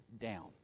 down